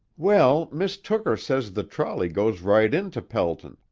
well, mis' tooker says the trolley goes right into pelton,